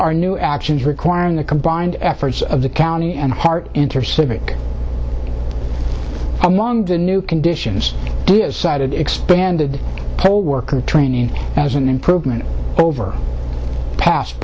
our new actions requiring the combined efforts of the county and heart enter civic along the new conditions cited expanded poll worker training as an improvement over